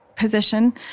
position